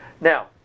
Now